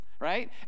right